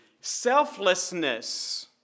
selflessness